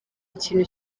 ikintu